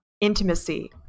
intimacy